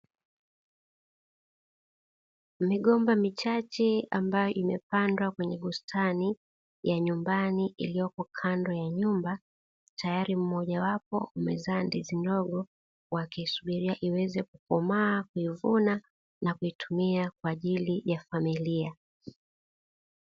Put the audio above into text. Migomba michache ambayo imepandwa kwenye bustani ya nyumbani iliyopo kando ya nyumba tayari mmoja wapo umezaa ndizi ndogo wakisubiria iweze kukomaa, kuivuna na kuitumia kwa ajili ya familia.